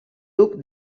duc